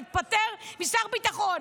אני מתפטר מתפקיד שר ביטחון.